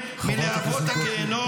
להתעלם מלהבות הגיהינום -- חברת הכנסת גוטליב,